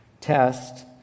test